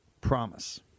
promise